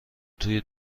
توی